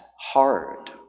hard